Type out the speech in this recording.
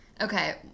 Okay